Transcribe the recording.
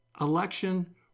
election